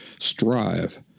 strive